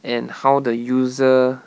and how the user